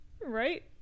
Right